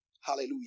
Hallelujah